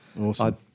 Awesome